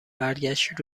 برگشت